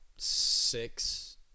six